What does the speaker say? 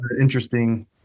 interesting